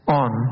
on